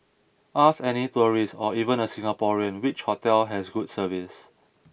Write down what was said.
ask any tourist or even a Singaporean which hotel has good service